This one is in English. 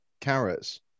carrots